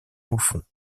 bouffon